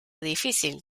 difícil